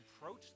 approach